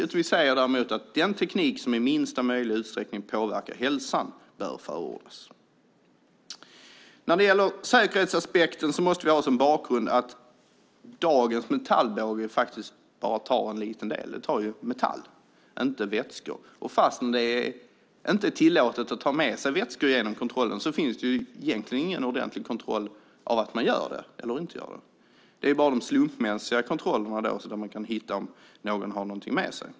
Däremot säger vi att den teknik som i minsta möjliga utsträckning påverkar hälsan bör förordas. Beträffande säkerhetsaspekten måste vi ha som bakgrund att dagens metallbåge bara tar en liten del, metall och inte vätskor. Fastän det inte är tillåtet att ta med sig vätskor genom kontrollen finns det egentligen ingen ordentlig kontroll av att man inte gör det. Det är bara vid slumpmässiga kontroller som man kan se om någon har någonting med sig.